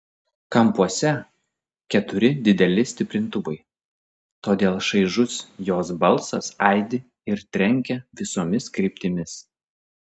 kampuose keturi dideli stiprintuvai todėl šaižus jos balsas aidi ir trenkia visomis kryptimis